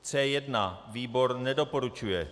C1. Výbor nedoporučuje.